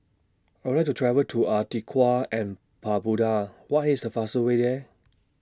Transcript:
I Would like to travel to Antigua and Barbuda What IS The fastest Way There